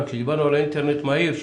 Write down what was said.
דיברנו על אינטרנט מהיר,